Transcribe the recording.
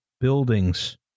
buildings